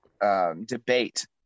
debate